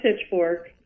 pitchfork